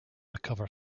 recover